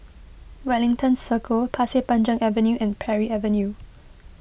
Wellington Circle Pasir Panjang Avenue and Parry Avenue